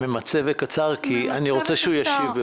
בבקשה, ממצה וקצר, כי אני רוצה שהוא ישיב.